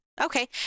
Okay